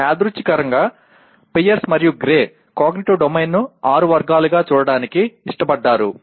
యాదృచ్ఛికంగా పియర్స్ మరియు Grey cognitive డొమైన్ను ఆరు వర్గాలుగా చూడటానికి ఇష్టపడ్డారు